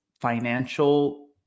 financial